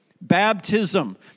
Baptism